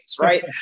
right